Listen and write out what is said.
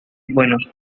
buenos